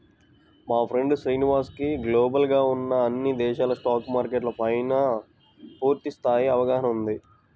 మా ఫ్రెండు శ్రీనివాస్ కి గ్లోబల్ గా ఉన్న అన్ని దేశాల స్టాక్ మార్కెట్ల పైనా పూర్తి స్థాయి అవగాహన ఉంది